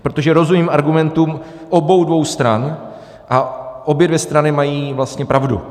Protože rozumím argumentům obou dvou stran a obě dvě strany mají vlastně pravdu.